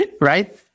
right